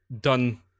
done